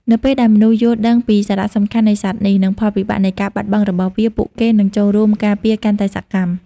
នៅពេលដែលមនុស្សយល់ដឹងពីសារៈសំខាន់នៃសត្វនេះ និងផលវិបាកនៃការបាត់បង់របស់វា ពួកគេនឹងចូលរួមការពារកាន់តែសកម្ម។